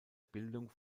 bildung